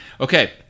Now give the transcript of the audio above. Okay